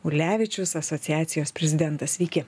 ulevičius asociacijos prezidentas sveiki